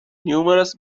numerous